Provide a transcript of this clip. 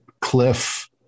cliff